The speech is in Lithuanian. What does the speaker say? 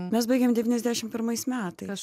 mes baigėm devyniasdešim pirmais metais